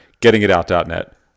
Gettingitout.net